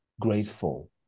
grateful